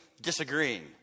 disagreeing